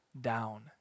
down